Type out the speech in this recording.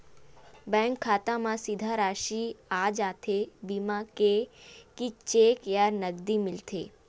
Bank खाता मा सीधा राशि आ जाथे बीमा के कि चेक या नकदी मिलथे?